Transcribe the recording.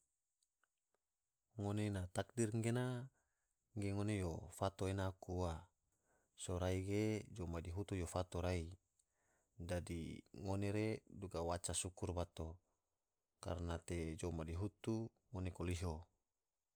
Ngone na takdir gena ge ngone yo fato aku ua, sorai ge jou madihutu yo fato rai, dadi ngone re duga waca sukur bato karana te jou madihutu ngone koliho.